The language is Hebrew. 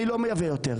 אני לא מייבא יותר,